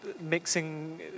mixing